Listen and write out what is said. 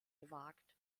gewagt